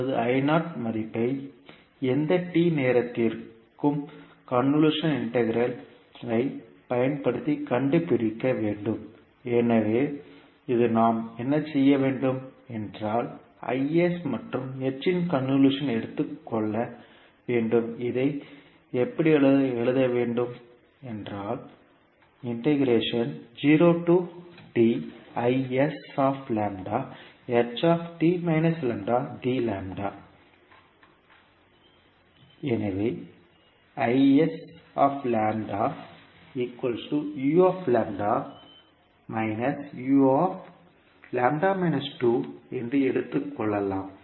இப்போது மதிப்பை எந்த நேரத்திற்கும் கன்வொல்யூஷன் இன்டெக்ரல் ஐ பயன்படுத்தி கண்டுபிடிக்க வேண்டும் எனவே இது நாம் என்ன செய்ய வேண்டும் என்றால் Is மற்றும் h இன் கன்வொல்யூஷன் எடுத்துக் கொள்ள வேண்டும் இதை எப்படி எழுத வேண்டும் என்றால் எனவே என்று எடுத்துக்கொள்ளலாம்